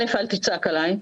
אל"ף, אל תצעק עליי.